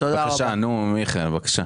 טוב, מיכאל, בבקשה.